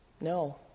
No